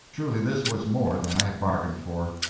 truly, this was more than i had bargained for.